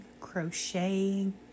crocheting